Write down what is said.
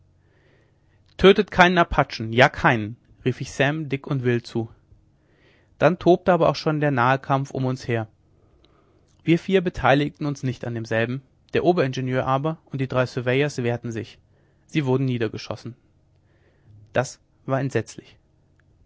tötet keinen apachen ja keinen rief ich sam dick und will zu dann tobte aber auch schon der nahekampf um uns her wir vier beteiligten uns nicht an demselben der oberingenieur aber und die drei surveyors wehrten sich sie wurden niedergeschossen das war entsetzlich